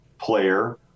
player